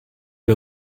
her